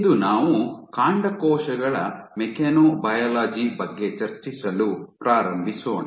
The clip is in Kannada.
ಇಂದು ನಾವು ಕಾಂಡಕೋಶಗಳ ಮೆಕ್ಯಾನೊಬಯಾಲಜಿ ಬಗ್ಗೆ ಚರ್ಚಿಸಲು ಪ್ರಾರಂಭಿಸೋಣ